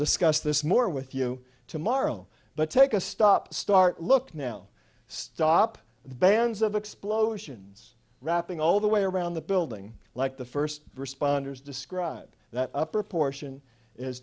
discuss this more with you tomorrow but take a stop start look now stop the bands of explosions wrapping all the way around the building like the first responders describe that upper portion is